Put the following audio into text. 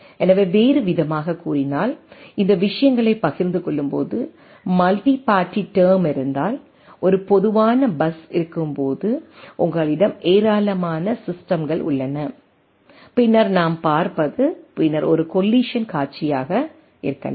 எனவே வேறுவிதமாகக் கூறினால் இந்த விஷயங்களைப் பகிர்ந்து கொள்ளும்போது மல்டி பார்ட்டி டெர்ம் இருந்தால் ஒரு பொதுவான பஸ் இருக்கும் போது உங்களிடம் ஏராளமான ஸிஸ்டெம்கள் உள்ளன பின்னர் நாம் பார்ப்பது பின்னர் ஒரு கொல்லிசன் காட்சியாக இருக்கலாம்